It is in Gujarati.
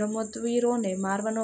રમતવીરોને મારવાનો